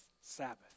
Sabbath